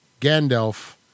Gandalf